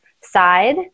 side